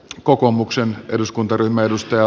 kokoomuksen meiltä odottavat